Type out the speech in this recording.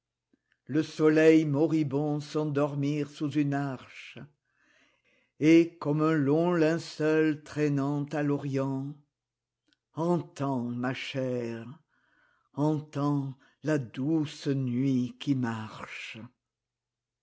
le soleil moribond s'endormir sous une arche et comme m long linceul traînant à l'orient entends ma chère entends la douce nuit qui marc